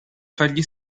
fargli